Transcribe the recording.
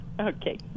Okay